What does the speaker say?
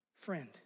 friend